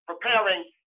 Preparing